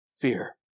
fear